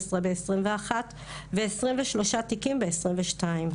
16 ב-2021 ו-23 תיקים ב-2022.